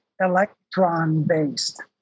electron-based